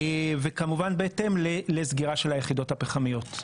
וכמובן בהתאם לסגירה של היחידות הפחמיות.